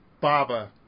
Baba